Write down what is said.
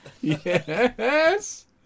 Yes